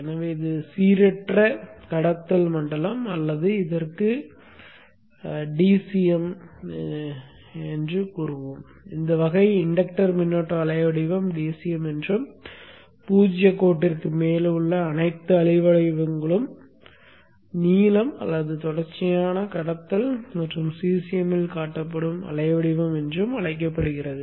எனவே இது சீரற்ற கடத்தல் மண்டலம் அல்லது இதற்கு DCM ஆகும் இந்த வகை இன்டக்டர் மின்னோட்ட அலைவடிவம் DCM என்றும் 0 கோட்டிற்கு மேலே உள்ள அனைத்து அலைவடிவங்களும் நீலம் அல்லது தொடர்ச்சியான கடத்தல் அல்லது CCM இல் காட்டப்படும் அலைவடிவம் என்றும் அழைக்கப்படுகிறது